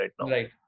right